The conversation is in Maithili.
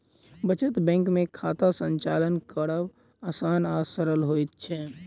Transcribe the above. बचत बैंक मे खाता संचालन करब आसान आ सरल होइत छै